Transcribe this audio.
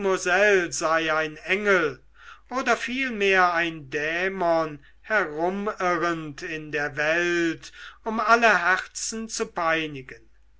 ein engel oder vielmehr ein dämon herumirrend in der welt um alle herzen zu peinigen